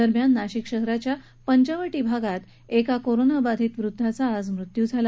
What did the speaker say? दरम्यान नाशिक शहरातील पंचवटी भागात एका कोरोना बाधित वृद्धाचा मृत्यू झाला